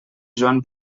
joan